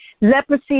Leprosy